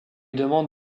demande